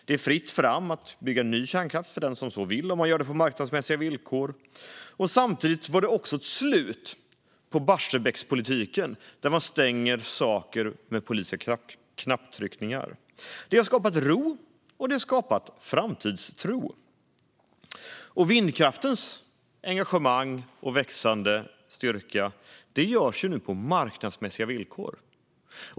Det är fritt fram att bygga ny kärnkraft för den som vill om man gör det på marknadsmässiga villkor. Samtidigt var det också ett slut på Barsebäckspolitiken, där man stänger saker med politiska knapptryckningar. Det har skapat ro och framtidstro. Vindkraftens engagemang och växande styrka görs nu på marknadsmässiga villkor.